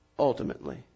Ultimately